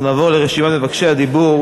אנחנו נעבור לרשימת מבקשי הדיבור.